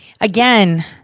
Again